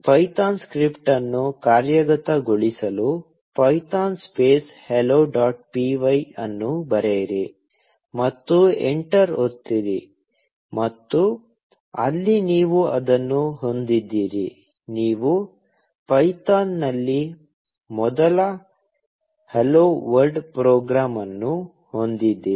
Python script ಅನ್ನು ಕಾರ್ಯಗತಗೊಳಿಸಲು python space hello dot py ಅನ್ನು ಬರೆಯಿರಿ ಮತ್ತು ಎಂಟರ್ ಒತ್ತಿರಿ ಮತ್ತು ಅಲ್ಲಿ ನೀವು ಅದನ್ನು ಹೊಂದಿದ್ದೀರಿ ನೀವು ಪೈಥಾನ್ನಲ್ಲಿ ಮೊದಲ ಹಲೋ ವರ್ಲ್ಡ್ ಪ್ರೋಗ್ರಾಂ ಅನ್ನು ಹೊಂದಿದ್ದೀರಿ